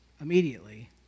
immediately